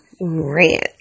Rant